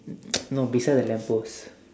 no beside the lamp post